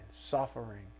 suffering